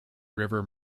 river